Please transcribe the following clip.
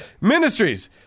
Ministries